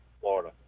Florida